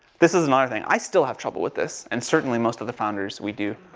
this is another thing, i still have trouble with this, and certainly most of the founders we do.